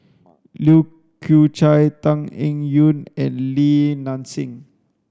Lai Kew Chai Tan Eng Yoon and Li Nanxing